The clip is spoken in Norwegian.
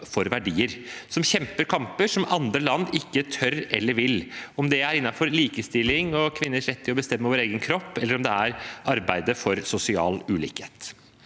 som kjemper kamper som andre land ikke tør eller vil kjempe, om det er innenfor likestilling og kvinners rett til å bestemme over egen kropp, eller om det er arbeidet mot sosial ulikhet.